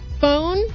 phone